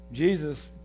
Jesus